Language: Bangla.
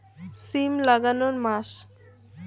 সিম লাগানোর মাস?